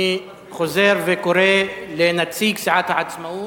אני חוזר וקורא לנציג סיעת העצמאות.